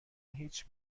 هیچ